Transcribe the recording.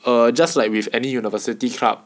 err just like with any university club